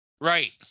Right